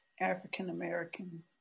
african-american